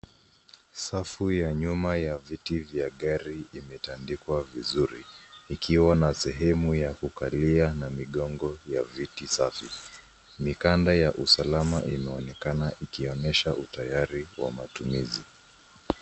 Safu ya nyuma ya viti vya gari imetandikwa vizuri, ikiwa na sehemu ya kukalia na migongo ya viti safi. Mikanda ya usalama inaonekana ikionyesha utayari wa matumizi.